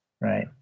Right